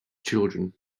children